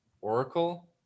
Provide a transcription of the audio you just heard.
Oracle